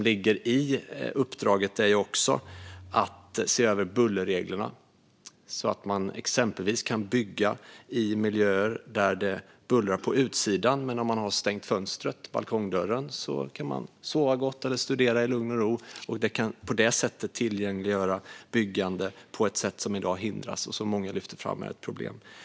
I uppdraget ingår också att se över bullerreglerna så att det exempelvis kan byggas i miljöer där det bullrar på utsidan men man kan sova gott eller studera i lugn och ro om man har stängt fönstret eller balkongdörren. På det sättet kan byggande möjliggöras där det i dag hindras, vilket många lyfter fram som ett problem.